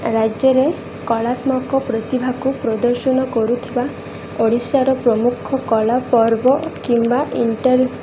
ରାଜ୍ୟରେ କଳାତ୍ମକ ପ୍ରତିଭାକୁ ପ୍ରଦର୍ଶନ କରୁଥିବା ଓଡ଼ିଶାର ପ୍ରମୁଖ କଳାପର୍ବ କିମ୍ବା ଇଣ୍ଟର